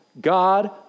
God